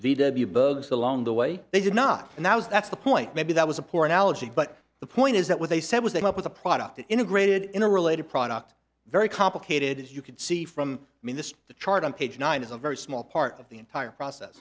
w bug so along the way they did not and that was that's the point maybe that was a poor analogy but the point is that what they said was they come up with a product integrated in a related product very complicated as you can see from i mean this the chart on page nine is a very small part of the entire process